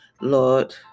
lord